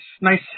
nice